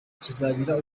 kizagira